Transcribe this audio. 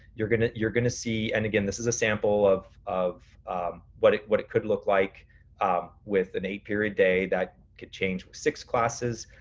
you're gonna you're gonna see, and again this is a sample of of what it what it could look like um with an eight period day that could change with six classes.